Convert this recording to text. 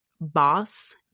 Boss